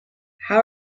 how